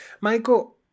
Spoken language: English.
Michael